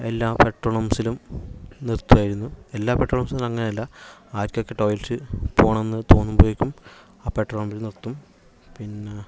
എല്ലാ പെട്രോൾ പമ്പ്സിലും നിർത്തുവായിരുന്നു എല്ലാ പെട്രോൾ പമ്പ്സും അങ്ങനെയല്ല ആർക്കൊക്കെ ടോയിലറ്റ് പോകണമെന്ന് തോന്നുമ്പോയേക്കും ആ പെട്രോൾ പമ്പില് നിർത്തും പിന്നെ